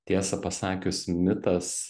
tiesą pasakius mitas